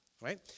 Right